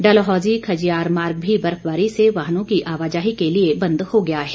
डलहौजी खजियार मार्ग भी बर्फबारी से वाहनों की आवाजाही के लिए बंद हो गया है